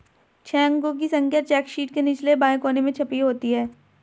छह अंकों की संख्या चेक शीट के निचले बाएं कोने में छपी होती है